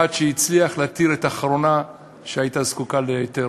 עד שהצליח להתיר את האחרונה שהייתה זקוקה להיתר.